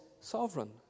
sovereign